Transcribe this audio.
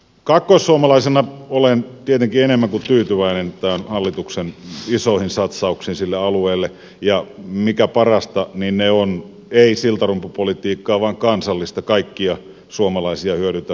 kaakkoissuomalaisena olen tietenkin enemmän kuin tyytyväinen näihin hallituksen isoihin satsauksiin sille alueelle ja mikä parasta ne eivät ole siltarumpupolitiikkaa vaan kansallista kaikkia suomalaisia hyödyntävää politiikkaa